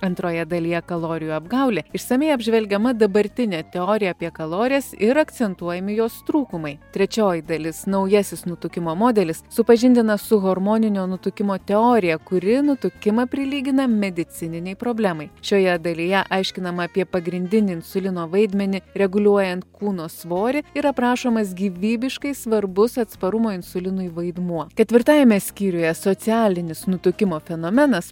antroje dalyje kalorijų apgaulė išsamiai apžvelgiama dabartinė teorija apie kalorijas ir akcentuojami jos trūkumai trečioji dalis naujasis nutukimo modelis supažindina su hormoninio nutukimo teorija kuri nutukimą prilygina medicininei problemai šioje dalyje aiškinama apie pagrindinį insulino vaidmenį reguliuojant kūno svorį ir aprašomas gyvybiškai svarbus atsparumo insulinui vaidmuo ketvirtajame skyriuje socialinis nutukimo fenomenas